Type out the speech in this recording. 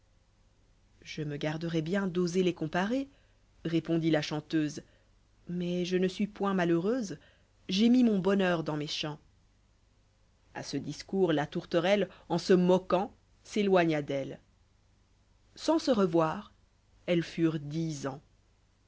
je me garderais bien d'oser les comparer répondit la chanteuse mais je ne suis point malheureuse j'ai mis mon bonheur dans mes chant a ce discours la tourterelle en sempquant s'éloigna d'ejle sans se reypir elles furent dix ans